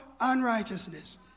unrighteousness